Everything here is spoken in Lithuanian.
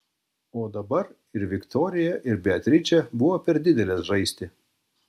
o dabar ir viktorija ir beatričė buvo per didelės žaisti